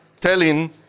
telling